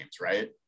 right